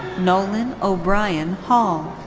nolan o'brien hall.